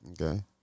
Okay